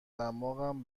دماغم